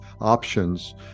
options